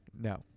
No